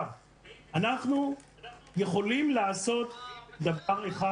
אנחנו כ-ור"מ יכולים לעשות דבר אחד.